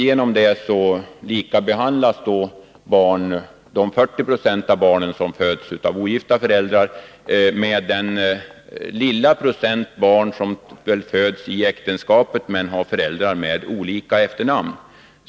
På detta sätt likabehandlas de 40 20 av barn som föds av ogifta föräldrar med den lilla procent av barn som föds i äktenskapet, men där föräldrarna har olika efternamn.